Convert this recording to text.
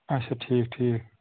اَچھا ٹھیٖک ٹھیٖک